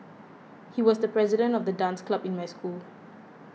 he was the president of the dance club in my school